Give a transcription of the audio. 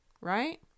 right